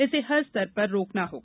इसे हर स्तर पर रोकना होगा